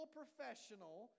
professional